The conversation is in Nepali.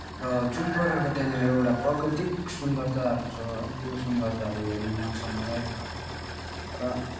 र जुन प्रकारको त्यहाँनिर एउटा प्राकृतिक सुन्दरताहरू छ है त्यो सुन्दरताहरू हेर्न मन छ मलाई र